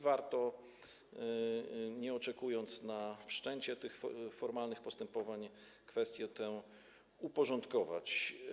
Warto, nie oczekując na wszczęcie tych formalnych postępowań, kwestię tę uporządkować.